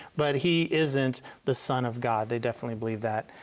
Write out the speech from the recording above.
but he isn't the son of god, they definitely believe that.